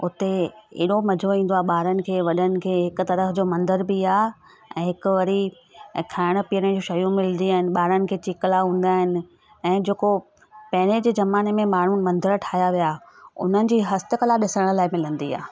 उते एॾो मज़ो ईंदो आहे ॿारनि खे वॾनि खे हिकु तरह जो मंदर बि आहे ऐं हिकु वरी ऐं खाइण पीअण जी शयूं मिलंदी आहिनि ॿारनि खे चिकला हूंदा आहिनि ऐं जेको पहिरियों जे ज़माने में माण्हू मंदर ठाहिया विया उन्हनि जी हस्तकला ॾिसण लाइ मिलंदी आहे